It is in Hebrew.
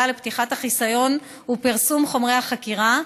לפתיחת החיסיון ופרסום חומרי החקירה,